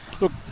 look